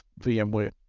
VMware